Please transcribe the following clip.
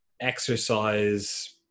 exercise